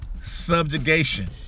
subjugation